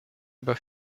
über